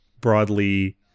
broadly